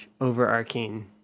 overarching